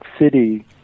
city